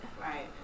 Right